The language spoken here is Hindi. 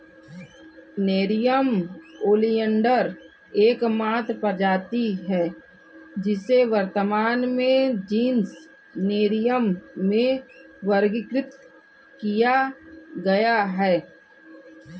नेरियम ओलियंडर एकमात्र प्रजाति है जिसे वर्तमान में जीनस नेरियम में वर्गीकृत किया गया है